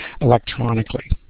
electronically